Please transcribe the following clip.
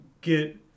get